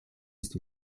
ist